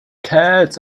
cats